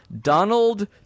Donald